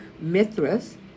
Mithras